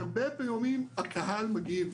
כי הרבה פעמים הקהל מגיב: